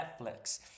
Netflix